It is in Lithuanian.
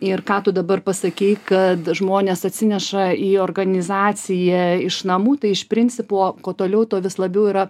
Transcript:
ir ką tu dabar pasakei kad žmonės atsineša į organizaciją iš namų tai iš principo kuo toliau tuo vis labiau yra